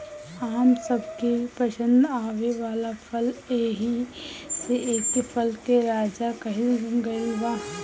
आम सबके पसंद आवे वाला फल ह एही से एके फल के राजा कहल गइल बा